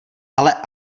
ale